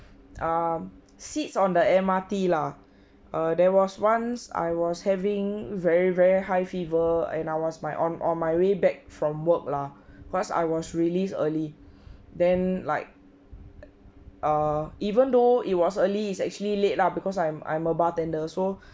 um seats on the M_R_T lah err there was once I was having very very high fever and I was my on on my way back from work lah cause I was released early then like err even though it was early is actually late lah because I'm I'm a bartender so